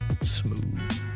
Smooth